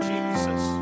Jesus